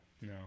no